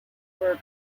were